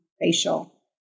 facial